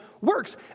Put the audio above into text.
works